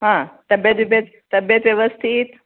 हां तब्येत बिब्येत तब्येत व्यवस्थित